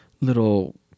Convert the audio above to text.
little